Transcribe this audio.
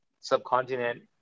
subcontinent